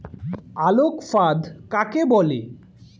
আলোক ফাঁদ কাকে বলে?